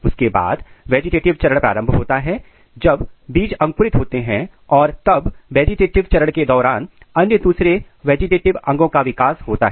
उसके बाद वेजिटेटिव चरण प्रारंभ होता है जब बीजअंकुरित होते हैं और तब वेजिटेटिव चरण के दौरान अन्य दूसरे वेजिटेटिव अंगों का विकास होता है